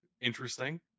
interesting